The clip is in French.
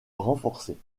renforcés